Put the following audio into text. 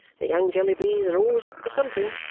the young jellybys are always up to something,